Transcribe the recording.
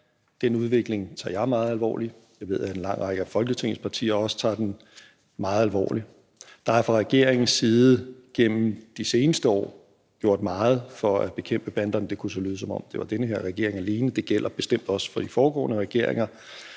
Den udvikling tager jeg meget alvorligt. Jeg ved, at en lang række af Folketingets partier også tager den meget alvorligt. Der er fra regeringens side gennem de seneste år gjort meget for at bekæmpe banderne. Det kunne så lyde, som om det var den her regering alene, men det gælder bestemt også for de foregående regeringer.